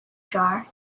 jar